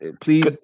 Please